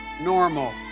normal